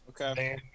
okay